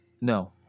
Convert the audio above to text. No